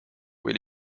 kui